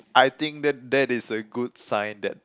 I think that that is a good sign that